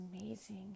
amazing